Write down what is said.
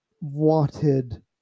wanted